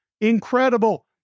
Incredible